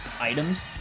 items